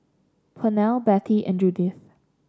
Pernell Betty and Judyth